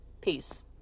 Peace